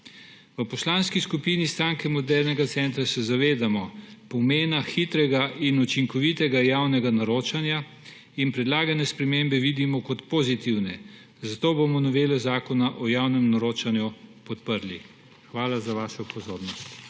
V Poslanski skupini Stranke modernega centra se zavedamo pomena hitrega in učinkovitega javnega naročanja in predlagane spremembe vidimo kot pozitivne, zato bomo novelo Zakona o javnem naročanju podprli. Hvala za vašo pozornost.